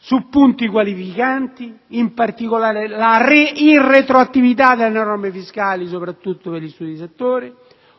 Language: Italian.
su punti qualificanti, in particolare la irretroattività delle norme fiscali soprattutto per gli studi di settore,